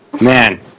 Man